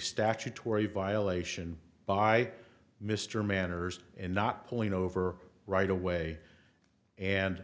statutory violation by mr manners in not pulling over right away and